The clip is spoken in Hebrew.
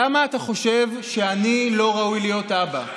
למה אתה חושב שאני לא ראוי להיות אבא?